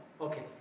Okay